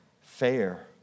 fair